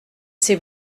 c’est